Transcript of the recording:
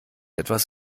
etwas